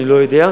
אני לא יודע.